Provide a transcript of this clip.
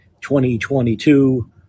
2022